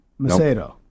Macedo